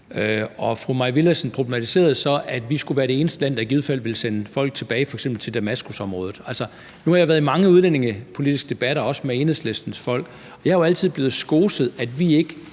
Og fru Mai Villadsen problematiserede så, at vi skulle være det eneste land, der i givet fald ville sende folk tilbage, f.eks. til Damaskusområdet. Altså, nu har jeg været i mange udlændingepolitiske debatter, også med Enhedslistens folk, og jeg er altid blevet skoset, at vi ikke